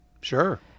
sure